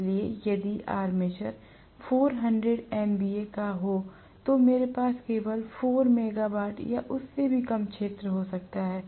इसलिए यदि armature 400 MVA का हो तो मेरे पास केवल 4 मेगावाट या उससे भी कम क्षेत्र हो सकता है